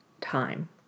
time